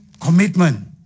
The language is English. commitment